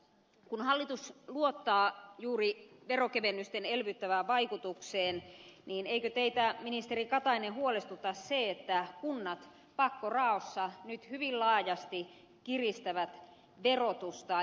kun hallitus luottaa juuri veronkevennysten elvyttävään vaikutukseen niin eikö teitä ministeri katainen huolestuta se että kunnat pakkoraossa nyt hyvin laajasti kiristävät verotustaan